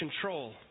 control